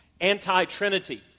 anti-Trinity